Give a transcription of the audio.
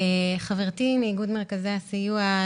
חברתי מאיגוד מרכזי הסיוע,